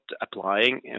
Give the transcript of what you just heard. applying